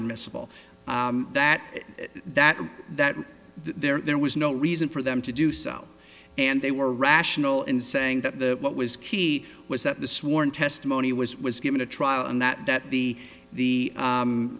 admissible that that that there was no reason for them to do so and they were rational in saying that the what was key was that the sworn testimony was was given a trial and that that the the